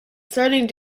starting